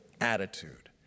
attitude